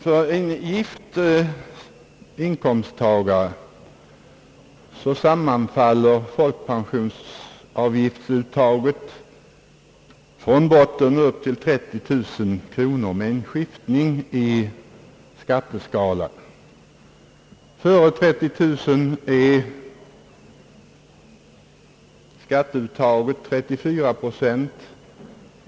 För en gift inkomsttagare sammanfaller folkpensionsavgiftsuttaget, från botten upp till 30 000 kronors-strecket, med en skiftning av skatteskalan. Före 30 000 är skatteuttaget 34 procent.